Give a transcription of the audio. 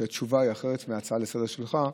כי התשובה עליה אחרת מעל ההצעה לסדר-היום שלך,